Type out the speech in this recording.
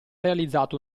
realizzato